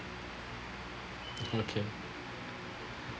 okay